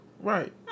Right